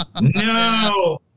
No